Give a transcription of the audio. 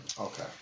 Okay